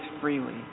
freely